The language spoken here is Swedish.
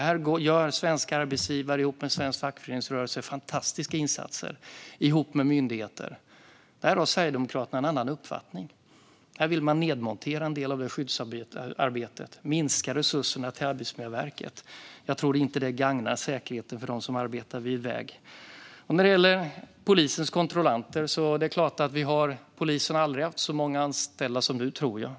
Här gör svenska arbetsgivare ihop med svensk fackföreningsrörelse fantastiska insatser tillsammans med myndigheter. Här har Sverigedemokraterna en annan uppfattning. Här vill man nedmontera en del av skyddsarbetet och minska resurserna till Arbetsmiljöverket. Jag tror inte att det gagnar säkerheten för dem som arbetar vid väg. När det gäller polisens kontrollanter har polisen aldrig, tror jag, haft så många anställda som nu.